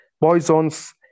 poisons